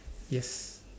yes